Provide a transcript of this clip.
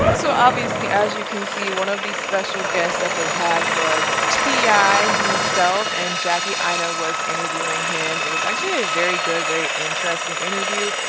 so obviously, as you can see, one of these special guests that they had was ti himself and jackie i know was interviewing him. it was actually a very good, very interesting interview.